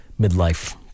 midlife